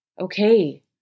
okay